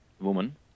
woman